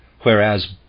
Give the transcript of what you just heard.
Whereas